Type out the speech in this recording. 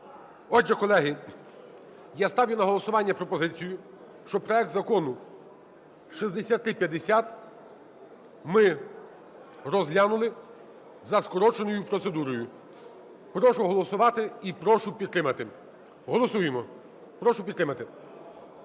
Отже, колеги, я ставлю на голосування пропозицію, щоб проект Закону 6350 ми розглянули за скороченою процедурою. Прошу голосувати і прошу підтримати. Голосуємо. Прошу підтримати.